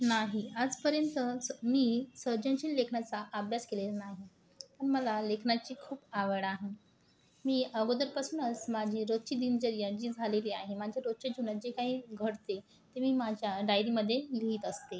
नाही आजपर्यंतच मी सर्जनशील लेखनाचा अभ्यास केलेला नाही मला लेखनाची खूप आवड आहे मी अगोदरपासूनच माझी रोजची दिनचर्या जी झालेली आहे माझ्या रोजच्या जीवनात जे काही घडते ते मी माझ्या डायरीमध्ये लिहीत असते